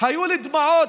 היו לי דמעות.